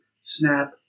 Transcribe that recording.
snap